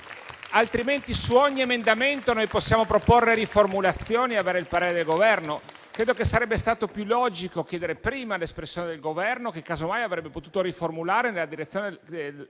Altrimenti, su ogni emendamento possiamo proporre riformulazioni e avere il parere del Governo. Credo che sarebbe stato più logico chiedere prima l'espressione del Governo, che casomai avrebbe potuto riformularlo nella direzione che